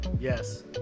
Yes